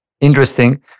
interesting